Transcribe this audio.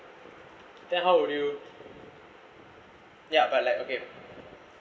then how would you but like okay